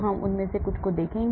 हम उनमें से कुछ को देखेंगे